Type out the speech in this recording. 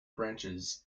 branches